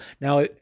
Now